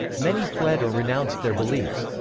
many fled or renounced their beliefs.